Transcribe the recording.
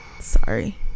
Sorry